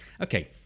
okay